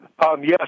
Yes